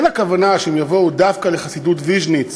אין הכוונה שהם יבואו דווקא לחסידות ויז'ניץ